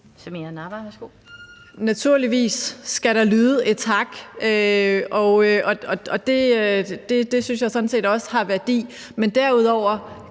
Samira Nawa (RV): Naturligvis skal der lyde en tak, og det synes jeg sådan set også har værdi, men derudover